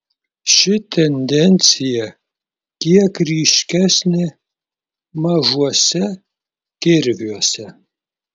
ši tendencija kiek ryškesnė mažuose kirviuose